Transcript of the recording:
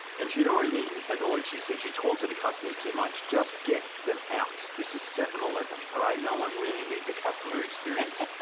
and she'd already been annoyed. she said, you talk to the customers too much. just get them out. this is seven eleven, all right? no one really needs a customer experience.